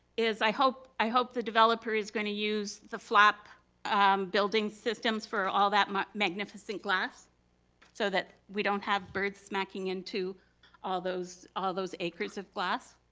is i hope i hope the developer is gonna use the flap um building systems for all that magnificent glass so that we don't have birds smacking into all those all those acres of glass.